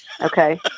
Okay